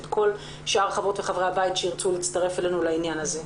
וגם תחתים א שאר חברי וחברות הבית שירצו להצטרף אלינו לעניין הזה.